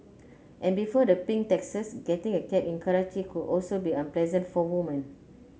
and before the pink taxis getting a cab in Karachi could also be unpleasant for women